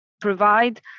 provide